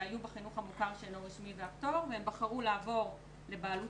שהיו בחינוך המוכר שאינו רשמי והפטור והם בחרו לעבור לבעלות